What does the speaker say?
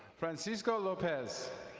francisco lopez.